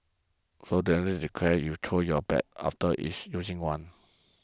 so don't need to declare you true your bag after it's using one